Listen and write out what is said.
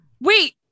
Wait